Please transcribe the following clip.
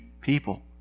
people